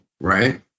Right